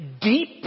deep